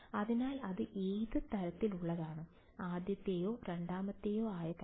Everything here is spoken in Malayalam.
അതിനാൽ അത് ഏത് തരത്തിലുള്ളതാണ് ആദ്യത്തേതോ രണ്ടാമത്തെതോ ആയ തരത്തിൽ